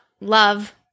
love